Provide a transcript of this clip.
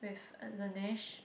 with Laneige